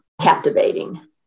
captivating